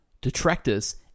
detractors